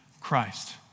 Christ